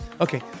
okay